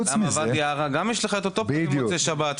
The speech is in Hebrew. למה, בוואדי ערה גם יש לך את אותו פקק במוצאי שבת.